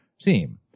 team